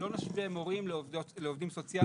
לא נשווה מורים לעובדים סוציאליים.